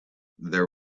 there